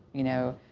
you know,